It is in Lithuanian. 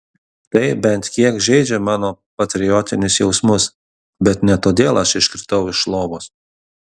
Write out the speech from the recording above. tai bent kiek žeidžia mano patriotinius jausmus bet ne todėl aš iškritau iš lovos